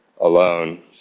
alone